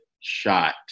shot